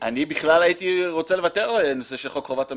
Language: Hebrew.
אני בכלל הייתי רוצה לוותר על הנושא של חוק חובת המכרזים.